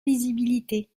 lisibilité